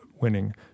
winning